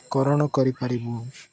କରଣ କରିପାରିବୁ